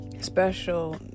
special